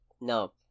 no